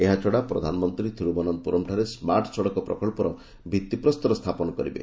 ଏହାଛଡା ପ୍ରଧାନମନ୍ତ୍ରୀ ଥିରୁଭନନ୍ତପୁରମ୍ଠାରେ ସ୍କାର୍ଟ ସଡକ ପ୍ରକଳ୍ପର ଭିଭିପ୍ରସ୍ତର ସ୍ଥାପନ କରିବେ